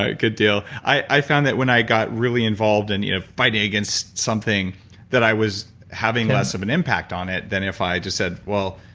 good deal. i found that when i got really involved in you know fighting against something that i was having less of an impact on it than if i just said, well,